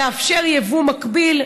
לאפשר יבוא מקביל,